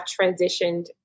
transitioned